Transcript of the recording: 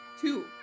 Two